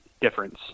difference